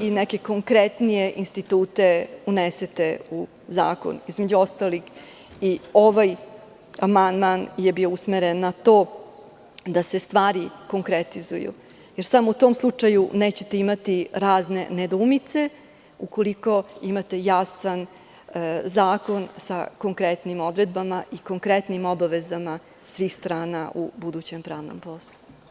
i neke konkretnije institute unesete u zakon, između ostalog i ovaj amandmanje bio usmeren na to da se stvari konkretizuju, jer samo u tom slučaju nećete imati razne nedoumice, ukoliko imate jasan zakon sa konkretnim odredbama i konkretnim obavezama svih strana u budućem pravnom poslu.